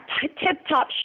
tip-top